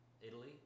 Italy